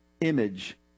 image